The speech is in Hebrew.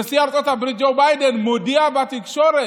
נשיא ארצות הברית ג'ו ביידן מודיע בתקשורת: